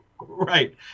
Right